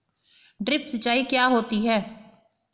Drip सिंचाई क्या होती हैं?